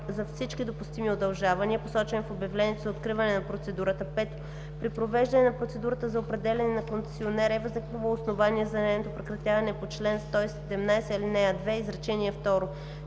на всички допустими удължавания, посочен в обявлението за откриване на процедурата; 5. при провеждане на процедурата за определяне на концесионер е възникнало основание за нейното прекратяване по чл. 117, ал. 2, изречение